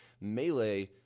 Melee